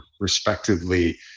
respectively